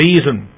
Reason